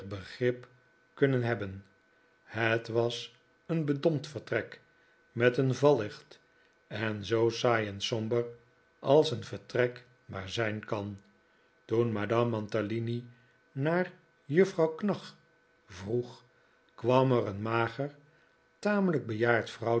begrip kunnen hebben het was een bedompt vertrek met een vallicht en zoo saai en somber als een vertrek maar zijn kan toen madame mantalini naar juffrouw knag vroeg kwam er een mager tamelijk